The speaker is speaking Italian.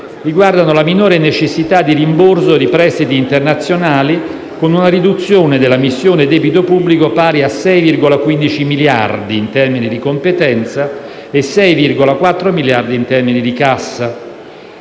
innanzitutto, la minore necessità di rimborso di prestiti internazionali, con una riduzione della missione «Debito pubblico» pari a 6,15 miliardi in termini di competenza e 6,4 miliardi in termini di cassa.